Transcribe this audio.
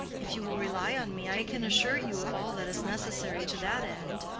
if you will rely on me, i can assure you of all that is necessary to that end.